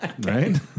Right